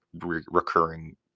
recurring